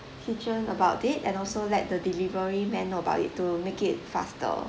kitchen about it and also let the delivery man know about it to make it faster